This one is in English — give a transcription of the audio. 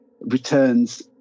returns